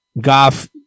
Goff